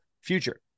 future